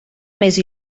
més